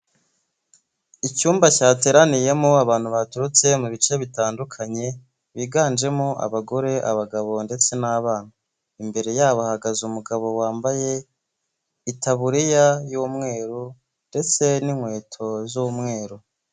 Icyumba cyateraniyemo abantu baturutse mu bice bitandukanye biganjemo abagore, abagabo ndetse n'abana imbere yabo hahagaze umugabo wambaye itaburiya y'umweru ndetse n'inkweto z'umweru.